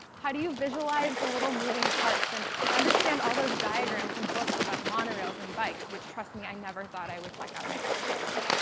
how do you visualize the little moving parts and understand all those diagrams and books about monorails and bikes, which trust me, i never thought i would check out of a library?